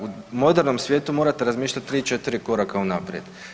U modernom svijetu morate razmišljati 3-4 koraka unaprijed.